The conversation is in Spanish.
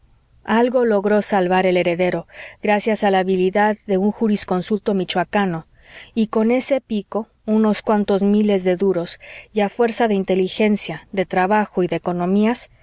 algo logró salvar el heredero gracias a la habilidad de un jurisconsulto michoacano y con ese pico unos cuantos miles de duros y a fuerza de inteligencia de trabajo y de economías